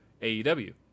AEW